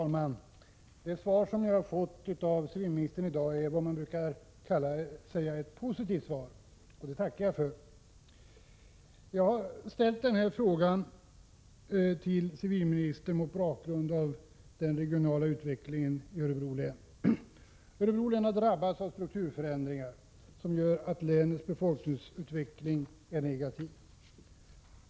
Fru talman! Det svar jag har fått av civilministern i dag är vad man brukar kalla ett positivt svar, och det tackar jag för. Jag har ställt denna fråga till civilministern mot bakgrund av den regionala utvecklingen i Örebro län. Örebro län har drabbats av strukturförändringar som har lett till att länets befolkningsutveckling är negativ.